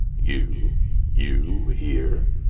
you you here?